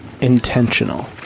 intentional